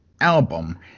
album